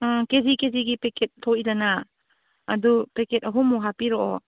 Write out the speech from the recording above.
ꯎꯝ K G ꯀꯦ ꯖꯤꯒꯤ packet ꯊꯣꯛꯏꯗꯅ ꯑꯗꯨ ꯄꯦꯀꯦꯠ ꯑꯍꯨꯝꯃꯨꯛ ꯍꯥꯞꯄꯤꯔꯛꯑꯣ